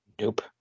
nope